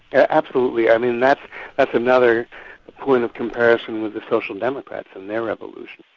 ah absolutely. i mean that's another point of comparison with the social democrats in their evolution.